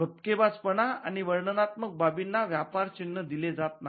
भपकेबाजपणा आणि वर्णनात्मक बाबींना व्यापार चिन्ह दिले जात नाही